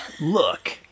Look